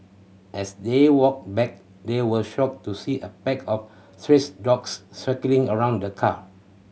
as they walked back they were shocked to see a pack of strays dogs circling around the car